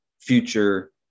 future